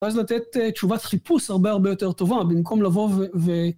ואז לתת תשובת חיפוש הרבה הרבה יותר טובה, במקום לבוא ו...